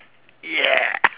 yeah